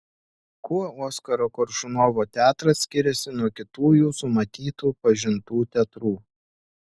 kuo oskaro koršunovo teatras skiriasi nuo kitų jūsų matytų pažintų teatrų